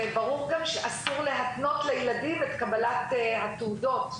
וברור גם שאסור להתנות לילדים את קבלת התעודות.